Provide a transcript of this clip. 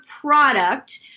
product